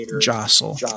jostle